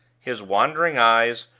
his wandering eyes,